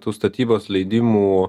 tu statybos leidimų